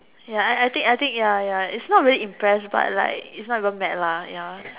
ya I think I think ya ya it's not really impressed but like it's not even mad lah ya